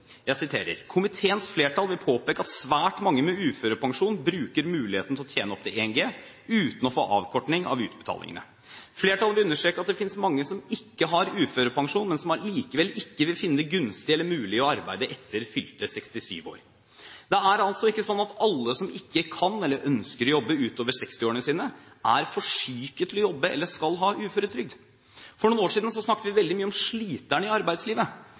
Jeg siterer: «Komiteens flertall vil også påpeke at svært mange med uførepensjon bruker muligheten til å tjene opptil 1 G uten å få avkortning av utbetalingene. Flertallet vil understreke at det finnes mange som ikke har uførepensjon, men som allikevel ikke vil finne det gunstig eller mulig å arbeide etter fylte 67 år.» Det er ikke slik at alle som ikke kan eller ønsker å jobbe utover fylte 60 år, er for syke til å jobbe eller skal ha uføretrygd. For noen år siden snakket vi veldig mye om sliterne i arbeidslivet,